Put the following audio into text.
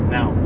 Now